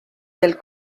del